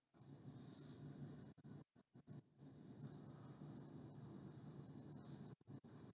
uh